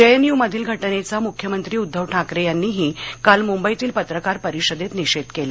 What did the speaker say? जे N U मधील घटनेचा मुख्यमंत्री उद्धव ठाकरे यांनीही काल मुंबईतील पत्रकार परिषदेत निषेध केला